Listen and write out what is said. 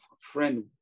friend-